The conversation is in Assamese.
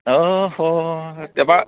অঁ